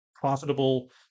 profitable